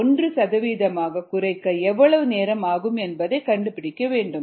1 சதவீதமாகக் குறைக்க எவ்வளவு நேரம் ஆகும் என்பதை கண்டுபிடிக்க வேண்டும்